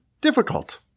difficult